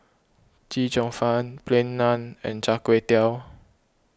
Chee Cheong Fun Plain Naan and Char Kway Teow